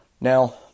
Now